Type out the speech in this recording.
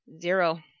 zero